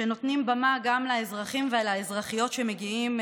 שנותנים בה במה גם לאזרחים ולאזרחיות שמגיעים,